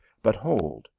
but hold,